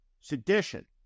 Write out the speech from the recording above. sedition